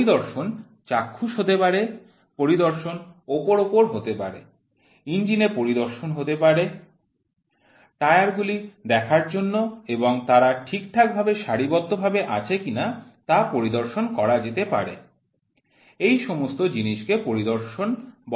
পরিদর্শন চাক্ষুষ হতে পারে পরিদর্শন ওপর ওপর হতে পারে ইঞ্জিনে পরিদর্শন হতে পারে টায়ার গুলি দেখার জন্য এবং তারা ঠিকঠাকভাবে সারিবদ্ধ ভাবে আছে কিনা তা পরিদর্শন করা যেতে পারে এই সমস্ত জিনিসকে পরিদর্শন বলা যেতে পারে